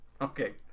okay